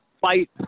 fight